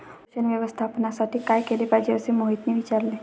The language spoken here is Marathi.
पोषण व्यवस्थापनासाठी काय केले पाहिजे असे मोहितने विचारले?